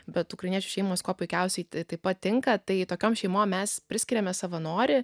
bet ukrainiečių šeimos kuo puikiausiai taip pat tinka tai tokiom šeimom mes priskiriame savanorį